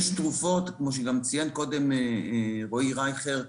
כמו שציין קודם גם רועי רייכר,